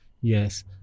Yes